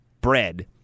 bread